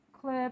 clip